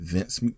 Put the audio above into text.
Vince